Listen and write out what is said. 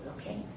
Okay